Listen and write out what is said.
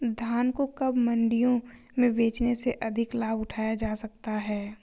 धान को कब मंडियों में बेचने से अधिक लाभ उठाया जा सकता है?